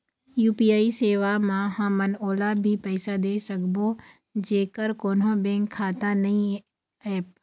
UPI सेवा म हमन ओला भी पैसा दे सकबो जेकर कोन्हो बैंक खाता नई ऐप?